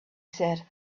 said